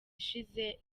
ishize